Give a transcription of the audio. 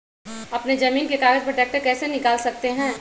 अपने जमीन के कागज पर ट्रैक्टर कैसे निकाल सकते है?